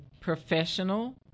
professional